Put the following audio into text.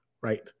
right